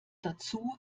dazu